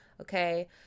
Okay